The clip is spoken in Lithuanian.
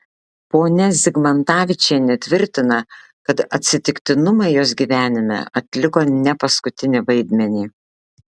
ponia zigmantavičienė tvirtina kad atsitiktinumai jos gyvenime atliko ne paskutinį vaidmenį